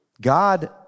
God